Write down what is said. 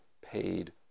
paid